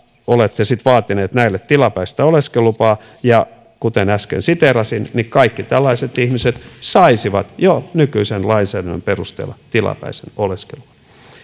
olette sitten vaatineet näille tilapäistä oleskelulupaa ja kuten äsken siteerasin niin kaikki tällaiset ihmiset saisivat jo nykyisen lainsäädännön perusteella tilapäisen oleskeluluvan